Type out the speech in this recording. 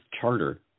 Charter